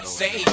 say